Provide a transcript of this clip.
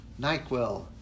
NyQuil